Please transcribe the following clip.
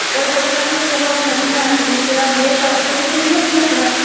होर मैम जेह्ड़ा तुस आक्खा ने मैट मूट लेआना एह् सब तुसें देने जां में अपना